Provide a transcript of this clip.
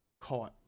caught